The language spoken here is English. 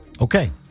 Okay